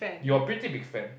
you're pretty big fan